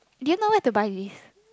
did you know where to buy this